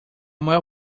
maior